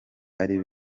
ari